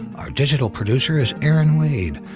our digital producer is erin wade,